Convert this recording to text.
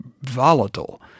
volatile